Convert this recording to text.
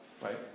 right